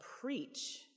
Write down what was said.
preach